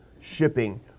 shipping